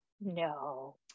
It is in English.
No